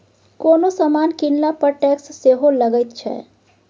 कोनो समान कीनला पर टैक्स सेहो लगैत छै